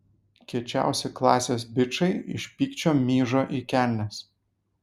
kiečiausi klasės bičai iš pykčio myžo į kelnes